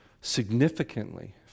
significantly